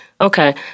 Okay